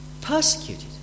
Persecuted